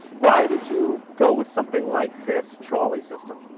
why did you go with something like this trolley system?